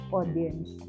audience